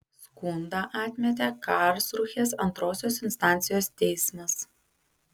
skundą atmetė karlsrūhės antrosios instancijos teismas